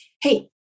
Hey